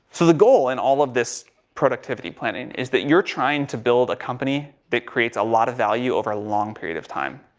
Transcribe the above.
so the goal in all of this productivity planning is that you're trying to build a company that creates a lot of value over a long period of time,